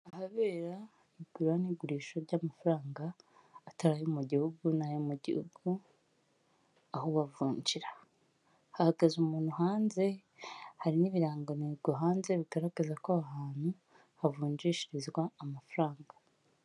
Ahabera igura n'igurisha ry'amafaranga atari ayo mu gihugu n'ayo mu gihugu aho bavunjira; hahagaze umuntu hanze hari n'ibiranga ntego hanze bigaragaza ko ahantu havunjishirizwa amafaranga.